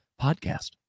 podcast